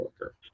worker